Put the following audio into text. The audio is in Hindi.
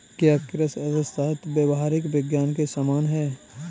क्या कृषि अर्थशास्त्र व्यावहारिक विज्ञान के समान है?